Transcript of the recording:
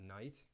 night